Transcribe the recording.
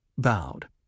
bowed